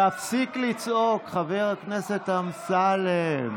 תפסיק לצעוק, חבר הכנסת אמסלם.